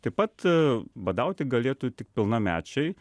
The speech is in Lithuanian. taip pat badauti galėtų tik pilnamečiai